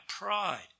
pride